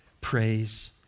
praise